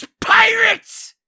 Pirates